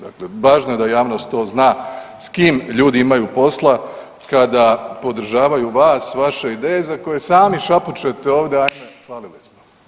Dakle, važno je da javnost to zna s kim ljudi imaju posla kada podržavaju vas, vaše ideje za koje sami šapućete ovdje ajme falili smo.